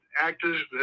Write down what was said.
actors